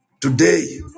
Today